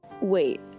Wait